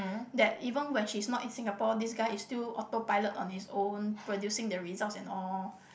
that even when she's not in Singapore this guy is still autopilot on his own producing the results and all